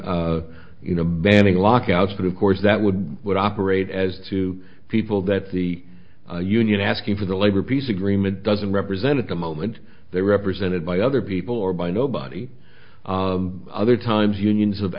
you know banning lockouts but of course that would and would operate as two people that the union asking for the labor peace agreement doesn't represent at the moment they are represented by other people or by nobody other times unions have